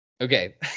Okay